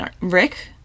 Rick